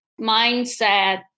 mindset